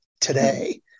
today